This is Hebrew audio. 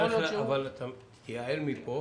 יכול להיות שתייעל מפה,